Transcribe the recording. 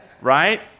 Right